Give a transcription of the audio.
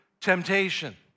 temptation